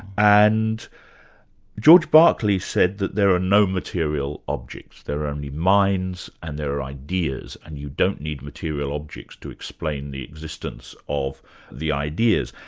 and george barclay said that there are no material objects, there are um only minds and there are ideas, and you don't need material objects to explain the existence of the ideas.